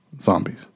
Zombies